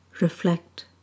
Reflect